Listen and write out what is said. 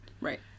Right